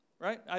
Right